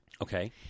Okay